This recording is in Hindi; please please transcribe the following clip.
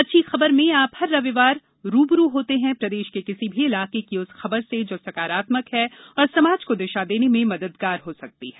अच्छी खबर में आप हर रविवार रू ब रू होते हैं प्रदेश के किसी भी इलाके की उस खबर से जो सकारात्मक है और समाज को दिशा देने में मददगार हो सकती है